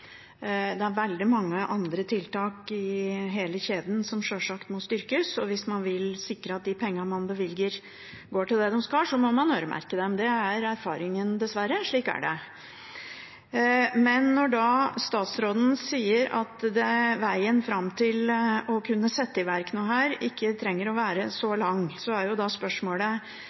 Det er veldig mange andre tiltak i hele kjeden som sjølsagt må styrkes, og hvis man vil sikre at de pengene man bevilger, går til det de skal, må man øremerke dem. Det er erfaringen, dessverre. Slik er det. Når statsråden sier at veien fram til å kunne sette i verk noe her ikke trenger å være så lang, er